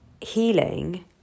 healing